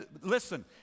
listen